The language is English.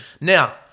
Now